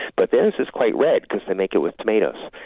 but theirs is quite red because they make it with tomatoes.